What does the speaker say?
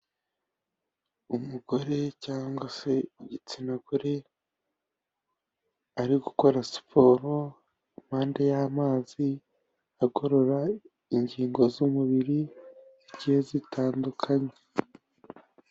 Umugore cyangwa se igitsina gore, ari gukora siporo, Impande y'amazi agorora ingingo z'umubiri zigiye zitandukanye.